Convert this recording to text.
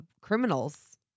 criminals